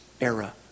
era